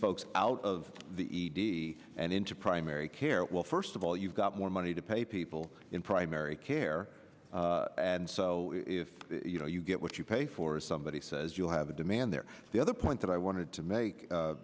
folks out of the e d and into primary care well first of all you've got more money to pay people in primary care and so if you know you get what you pay for somebody says you have a demand there the other point that i wanted to make